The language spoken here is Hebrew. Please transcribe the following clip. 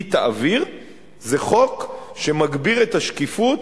זה חוק שמגביר את השקיפות,